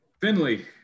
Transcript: finley